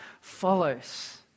follows